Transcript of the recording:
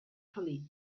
felí